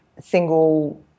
single